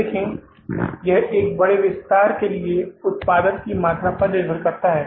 देखें यह एक बड़े विस्तार के लिए उत्पादन की मात्रा पर निर्भर करता है